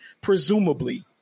presumably